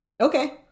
Okay